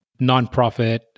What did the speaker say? nonprofit